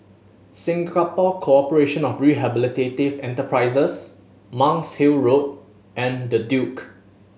Singapore Corporation of Rehabilitative Enterprises Monk's Hill Road and The Duke